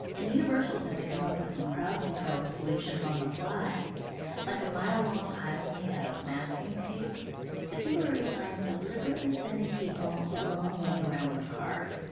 and universal's had to come up with some crowd control solutions on the fly like a mile-long aisle made out of masking tape to temporary signs deliberately sending people the long way around the park.